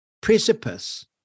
Precipice